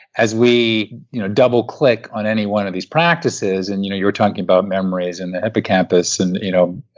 as we you know double click on any one of these practices and you know you were talking about memories and the hippocampus and you know